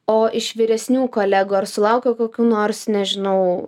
o iš vyresnių kolegų ar sulauki kokių nors nežinau